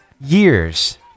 years